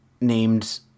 named